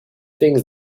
things